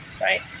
right